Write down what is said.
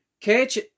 catch